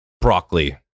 broccoli